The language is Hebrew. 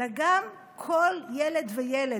אלא גם כל ילד וילד.